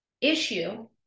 issue